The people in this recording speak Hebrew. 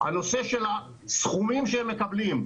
הנושא של הסכומים שהם מקבלים,